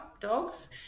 dogs